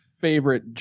favorite